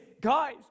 guys